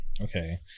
okay